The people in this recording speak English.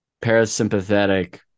parasympathetic